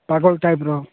ପାଗଳ ଟାଇପ୍ର